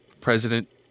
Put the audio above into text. President